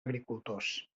agricultors